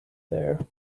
there